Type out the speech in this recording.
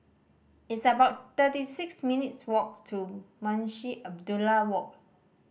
it's about thirty six minutes' walks to Munshi Abdullah Walk